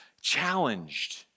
challenged